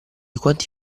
quanti